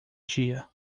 dia